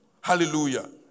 Hallelujah